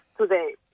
today